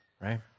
right